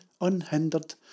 unhindered